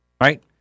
Right